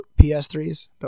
PS3s